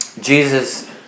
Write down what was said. Jesus